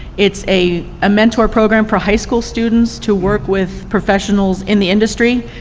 it's a ah mentor program for high school students to work with professionals in the industry.